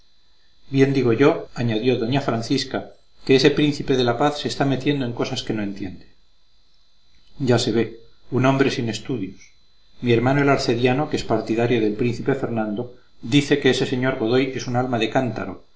bien digo yo añadió doña francisca que ese príncipe de la paz se está metiendo en cosas que no entiende ya se ve un hombre sin estudios mi hermano el arcediano que es partidario del príncipe fernando dice que ese señor godoy es un alma de cántaro